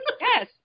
yes